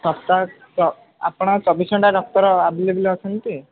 ତତ୍କାଳ ତ ଆପଣଙ୍କ ଚବିଶ ଘଣ୍ଟା ଡକ୍ଟର ଆଭେଲେବେଲ୍ ଅଛନ୍ତିଟି